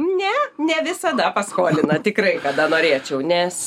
ne ne visada paskolina tikrai kada norėčiau nes